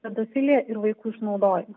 pedofilija ir vaikų išnaudojimas